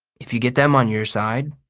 if you get them on your side,